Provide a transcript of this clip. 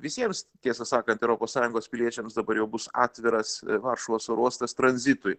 visiems tiesą sakant europos sąjungos piliečiams dabar jau bus atviras varšuvos oro uostas tranzitui